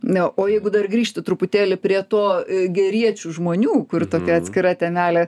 ne o jeigu dar grįžti truputėlį prie to geriečių žmonių kur tokia atskira temelė